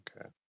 Okay